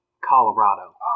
Colorado